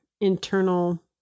internal